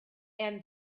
and